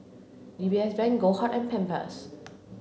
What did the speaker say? D B S Bank Goldheart and Pampers